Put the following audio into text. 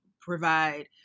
provide